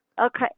Okay